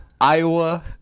Iowa